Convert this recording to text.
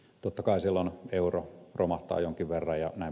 totta kai silloin euro romahtaa jonkin verran jnp